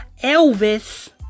Elvis